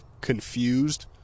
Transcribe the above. confused